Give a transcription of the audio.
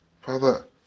Father